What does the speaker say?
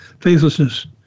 faithlessness